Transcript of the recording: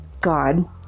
God